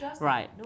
right